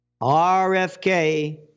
RFK